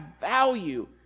value